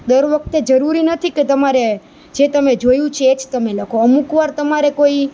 દર વખતે જરૂરી નથી કે તમારે જે તમે જોયું છે એ જ તમે લખો અમુક વાર તમારે કોઈ